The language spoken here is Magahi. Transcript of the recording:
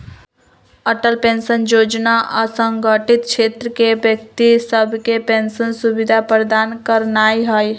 अटल पेंशन जोजना असंगठित क्षेत्र के व्यक्ति सभके पेंशन सुविधा प्रदान करनाइ हइ